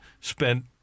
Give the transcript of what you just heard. spent